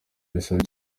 bisaba